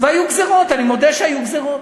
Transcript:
היו גזירות, אני מודה שהיו גזירות,